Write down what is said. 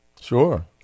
sure